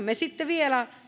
me sitten vielä